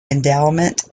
endowment